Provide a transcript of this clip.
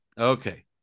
Okay